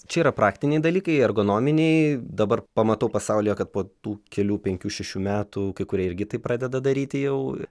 čia yra praktiniai dalykai ergonominiai dabar pamatau pasaulyje kad po tų kelių penkių šešių metų kai kurie irgi tai pradeda daryti jau